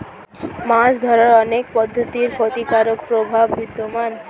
মাছ ধরার অনেক পদ্ধতির ক্ষতিকারক প্রভাব বিদ্যমান